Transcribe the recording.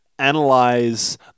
Analyze